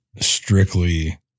strictly